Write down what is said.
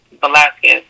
Velasquez